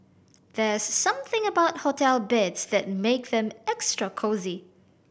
there's something about hotel beds that make them extra cosy